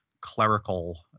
clerical